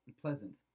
Pleasant